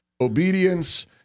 obedience